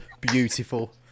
beautiful